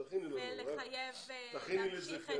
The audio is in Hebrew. תכיני לי את זה,